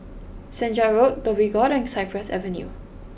Senja Road Dhoby Ghaut and Cypress Avenue